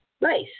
Nice